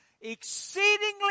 exceedingly